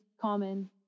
common